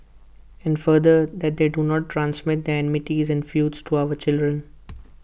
and further that they do not transmit their enmities and feuds to our children